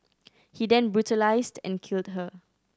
he then brutalised and killed her